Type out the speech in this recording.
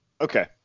okay